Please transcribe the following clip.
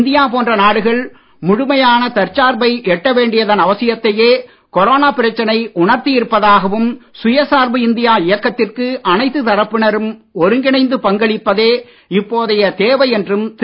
India போன்ற நாடுகள் முழுமையான தற்சார்பை எட்டவேண்டியதன் அவசியத்தையே கொரோனா பிரச்சனை உணர்த்தி இருப்பதாகவும் சுயசார்பு இந்தியா இயக்கத்திற்கு அனைத்து தரப்பினரும் ஒருங்கிணைந்து பங்களிப்பதே இப்போதைய தேவை என்றும் திரு